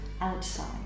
outside